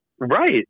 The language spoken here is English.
Right